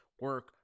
Work